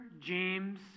James